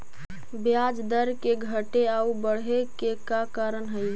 ब्याज दर के घटे आउ बढ़े के का कारण हई?